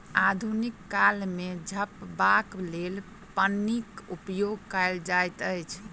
आधुनिक काल मे झपबाक लेल पन्नीक उपयोग कयल जाइत अछि